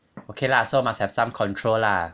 okay lah so must have some control lah